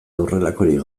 horrelakorik